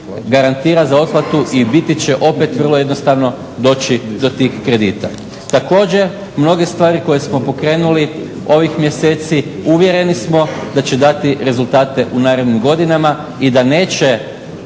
garantira za otplatu i biti će opet vrlo jednostavno doći do tih kredita. Također, mnoge stvari koje smo pokrenuli ovih mjeseci uvjereni smo da će dati rezultate u narednim godinama i da neće